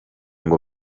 ngo